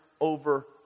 over